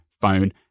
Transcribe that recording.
phone